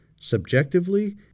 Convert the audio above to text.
Subjectively